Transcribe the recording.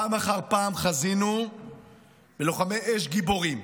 פעם אחר פעם חזינו בלוחמי אש גיבורים